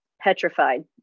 petrified